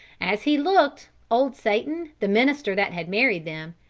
as he looked, old satan, the minister that had married them,